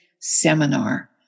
seminar